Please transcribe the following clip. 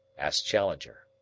asked challenger.